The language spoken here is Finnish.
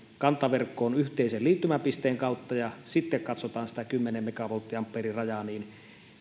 kantaverkkoon yhteisen liittymäpisteen kautta ja sitten katsotaan sitä kymmenen megavolttiampeerin rajaa niin